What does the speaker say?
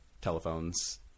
telephones